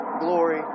glory